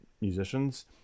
musicians